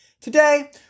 Today